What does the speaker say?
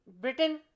Britain